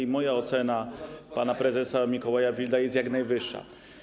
i moja ocena pana prezesa Mikołaja Wilda jest jak najwyższa.